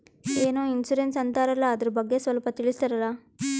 ಏನೋ ಇನ್ಸೂರೆನ್ಸ್ ಅಂತಾರಲ್ಲ, ಅದರ ಬಗ್ಗೆ ಸ್ವಲ್ಪ ತಿಳಿಸರಲಾ?